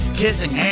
kissing